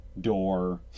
door